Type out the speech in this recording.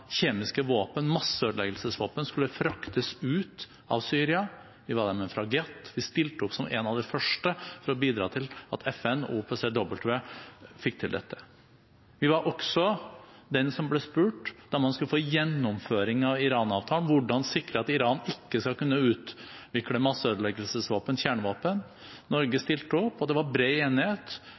kjemiske våpen – masseødeleggelsesvåpen – skulle fraktes ut av Syria. Vi var der med fregatt, vi stilte opp som en av de første for å bidra til at FN og OPCW fikk til dette. Vi var også den som ble spurt, da man skulle få til gjennomføring av Iran-avtalen, om hvordan man skulle sikre at Iran ikke skal kunne utvikle masseødeleggelsesvåpen i form av kjernevåpen. Norge stilte opp, og det var bred enighet,